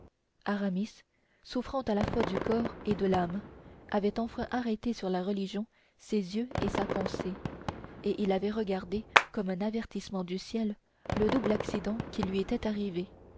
désiré aramis souffrant à la fois du corps et de l'âme avait enfin arrêté sur la religion ses yeux et sa pensée et il avait regardé comme un avertissement du ciel le double accident qui lui était arrivé